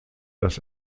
das